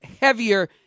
heavier